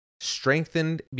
strengthened